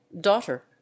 daughter